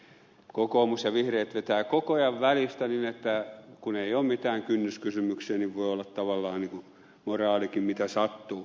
kokoomus ja vihreät vetävät koko ajan välistä niin että kun ei ole mitään kynnyskysymyksiä voi olla tavallaan moraalikin mitä sattuu